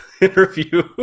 interview